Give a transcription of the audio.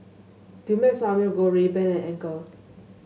Dumex Mamil Gold Rayban and Anchor